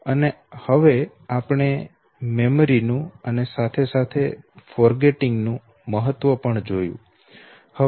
અને આપણે હવે મેમરી નું અને સાથે સાથે ભૂલી જવા ના મહત્ત્વ ને પણ જોયું